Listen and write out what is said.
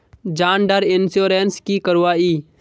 जान डार इंश्योरेंस की करवा ई?